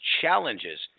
challenges